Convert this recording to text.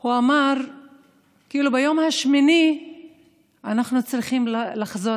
הוא אמר שביום השמיני אנחנו צריכים לחזור